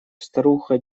старуха